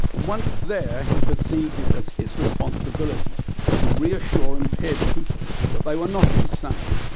and once there he perceived it as his responsibility to reassure impaired people that they were not insane,